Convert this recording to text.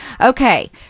Okay